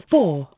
Four